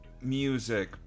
music